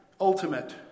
ultimate